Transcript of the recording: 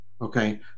okay